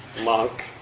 monk